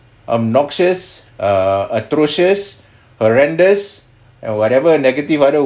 obnoxious err atrocious horrendous and whatever negative other